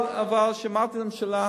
אבל כשאמרתי לממשלה,